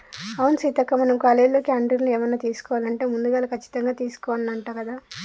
అవును సీతక్క మనం కాలేజీలో క్యాంటీన్లో ఏమన్నా తీసుకోవాలంటే ముందుగాల కచ్చితంగా తీసుకోవాల్నంట కదా